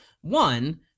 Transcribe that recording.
one